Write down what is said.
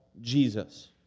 Jesus